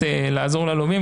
כדי לעזור ללווים.